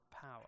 power